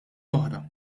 oħra